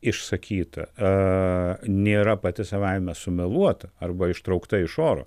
išsakyta aaa nėra pati savaime sumeluota arba ištraukta iš oro